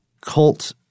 cult